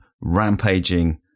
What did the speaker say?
rampaging